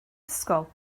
ysgol